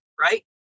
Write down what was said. right